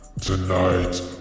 Tonight